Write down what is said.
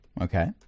Okay